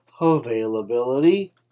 Availability